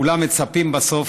כולם מצפים, ובסוף